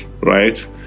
right